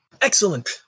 Excellent